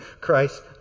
Christ